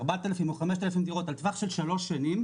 4,000 או 5,000 דירות בטווח של שלוש שנים,